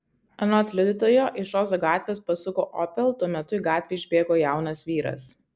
anot liudytojo iš ozo gatvės pasuko opel tuo metu į gatvę išbėgo jaunas vyras